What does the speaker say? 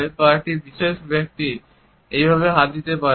বা একটি বিশেষ ব্যক্তি এইভাবে হাত দিতে পারে